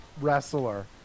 wrestler